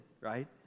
right